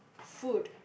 food